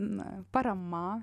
na parama